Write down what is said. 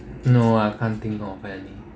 no uh I can't think of any